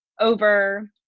over